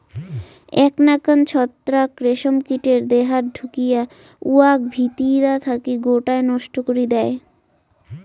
এ্যাক নাকান ছত্রাক রেশম কীটের দেহাত ঢুকিয়া উয়াক ভিতিরা থাকি গোটায় নষ্ট করি দ্যায়